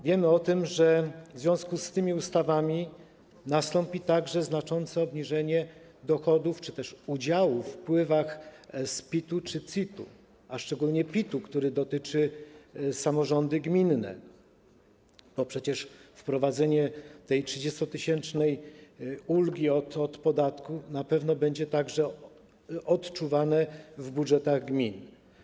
Wiemy o tym, że w związku z tymi ustawami nastąpi także znaczące obniżenie dochodów czy też udziału we wpływach z PIT-u czy CIT-u, a szczególnie PIT-u, który dotyczy samorządów gminnych, bo przecież wprowadzenie tej 30-tysięcznej ulgi od podatku na pewno będzie także odczuwane w budżetach gmin.